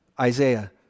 Isaiah